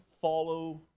follow